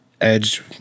Edge